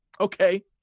Okay